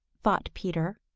thought peter.